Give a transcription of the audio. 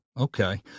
Okay